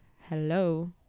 hello